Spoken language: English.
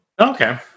Okay